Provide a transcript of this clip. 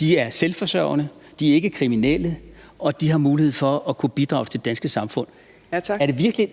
De er selvforsørgende, de er ikke kriminelle, og de har mulighed for at kunne bidrage til det danske samfund. Er det virkelig